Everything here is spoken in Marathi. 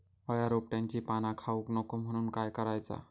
अळ्या रोपट्यांची पाना खाऊक नको म्हणून काय करायचा?